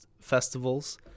festivals